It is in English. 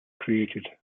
created